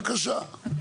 בבקשה.